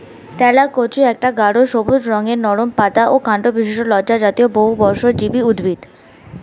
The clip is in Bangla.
তেলাকুচা একটা গাঢ় সবুজ রঙের নরম পাতা ও কাণ্ডবিশিষ্ট লতাজাতীয় বহুবর্ষজীবী উদ্ভিদ